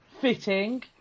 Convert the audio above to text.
fitting